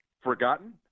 forgotten